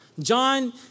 John